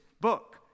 book